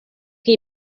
che